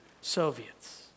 Soviets